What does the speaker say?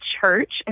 church